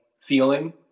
feeling